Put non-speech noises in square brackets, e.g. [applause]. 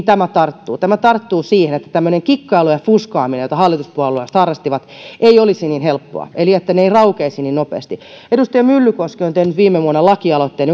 [unintelligible] tämä tarttuu tämä tarttuu siihen että tämmöinen kikkailu ja fuskaaminen jota hallituspuolueet harrastivat ei olisi niin helppoa eli että ne eivät raukeaisi niin nopeasti edustaja myllykoski on tehnyt viime vuonna lakialoitteen [unintelligible]